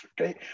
okay